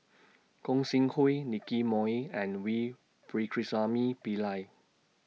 Gog Sing Hooi Nicky Moey and V Pakirisamy Pillai